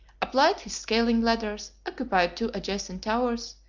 applied his scaling-ladders, occupied two adjacent towers,